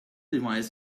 device